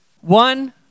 One